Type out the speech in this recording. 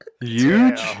Huge